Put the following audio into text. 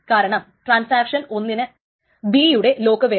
കാരണം ട്രാൻസാക്ഷൻ ഒന്നിന് B യുടെ ലോക്ക് വേണം